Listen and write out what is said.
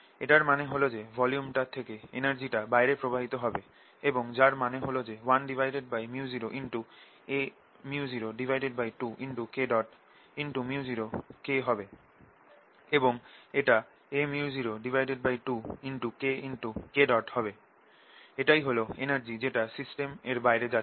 এটার মানে হল যে ভলিউমটা থেকে এনার্জি বাইরে প্রবাহিত হবে এবং যার মান হল 1µ0aµ02Kµ0K হবে এবং এটা aµ02KK হবে এটাই হল এনার্জি যেটা সিস্টেম এর বাইরে যাচ্ছে